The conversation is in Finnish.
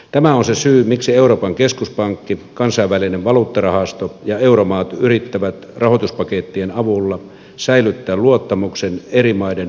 tämä on se syy miksi euroopan keskuspankki kansainvälinen valuuttarahasto ja euromaat yrittävät rahoituspakettien avulla säilyttää luottamuksen eri maiden pankkijärjestelmiin